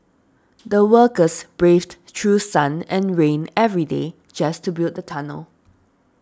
the workers braved through sun and rain every day just to build the tunnel